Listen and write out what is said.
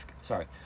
Sorry